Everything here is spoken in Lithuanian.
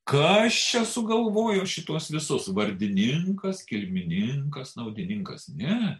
kas čia sugalvojo šituos visus vardininkas kilmininkas naudininkas ne